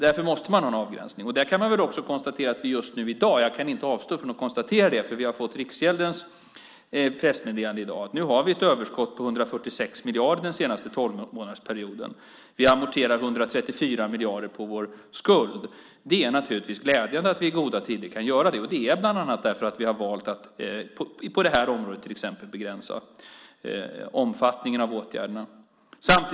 Därför måste man ha en avgränsning. Vi har i dag fått Riksgäldens pressmeddelande, så jag kan inte avstå från att konstatera att vi har ett överskott på 146 miljarder den senaste tolvmånadersperioden. Vi amorterar 134 miljarder på vår skuld. Det är naturligtvis glädjande att vi i goda tider kan göra det. Det är bland annat för att vi har valt att på det här området begränsa omfattningen av åtgärderna.